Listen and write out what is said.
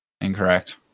Incorrect